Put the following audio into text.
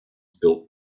built